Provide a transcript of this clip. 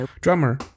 Drummer